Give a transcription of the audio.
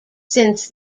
since